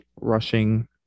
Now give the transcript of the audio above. rushing